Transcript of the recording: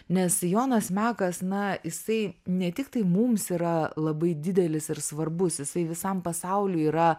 nes jonas mekas na jisai ne tiktai mums yra labai didelis ir svarbus jisai visam pasauliui yra